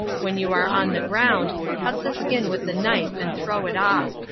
when you are on the ground cut the skin with the knife and throw it off.